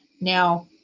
now